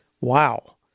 Wow